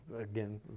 again